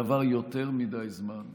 עבר יותר מדי זמן.